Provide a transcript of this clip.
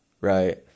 right